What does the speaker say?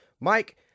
Mike